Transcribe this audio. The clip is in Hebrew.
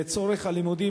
לצורך הלימודים,